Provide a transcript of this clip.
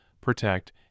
protect